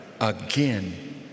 again